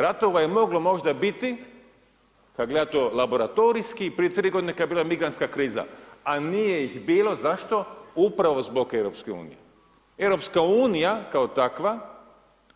Ratova je moglo možda biti kad gledate laboratorijski prije 3 godine kad je bila migrantska kriza, al nije ih bilo, zašto, upravo zbog EU, EU kao takva